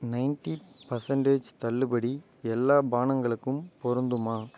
ninety percentage தள்ளுபடி எல்லா பானங்களுக்கும் பொருந்துமா